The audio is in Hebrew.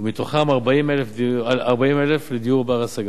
ומתוכן 40,000 לדיור בר-השגה.